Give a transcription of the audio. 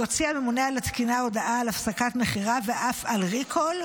יוציא הממונה על התקינה הודעה על הפסקת מכירה ואף על ריקול,